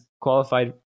qualified